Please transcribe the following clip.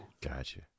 Gotcha